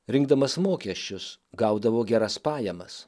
rinkdamas mokesčius gaudavo geras pajamas